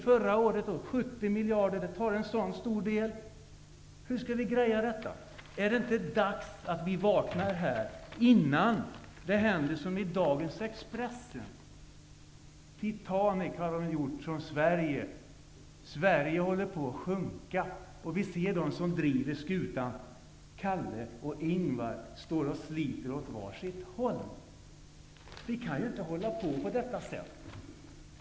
Förra året krävde 70 miljarder så stor del av kakan som framgår av den bild som jag här visar upp. Hur skall vi greja detta? Är det inte dags för oss här att vakna? Om vi inte gör det, blir det kanske så som man kan läsa om i dagens Expressen. Sverige liknas vid Titanic. Sverige håller på att sjunka. De som driver skutan, Calle och Ingvar, ses slita åt var sitt håll. Men vi kan inte fortsätta på detta sätt.